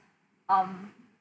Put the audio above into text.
um